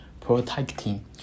protecting